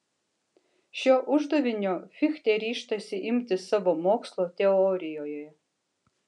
šio uždavinio fichtė ryžtasi imtis savo mokslo teorijoje